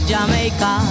Jamaica